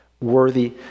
worthy